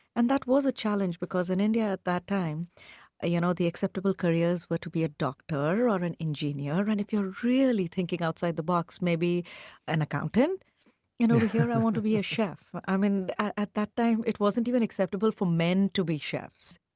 and that was a challenge, because in india at that time you know the acceptable careers were to be a doctor or an engineer, and if you're really thinking outside the box, maybe an accountant. but you know here i want to be a chef. um and at that time it wasn't even acceptable for men to be chefs.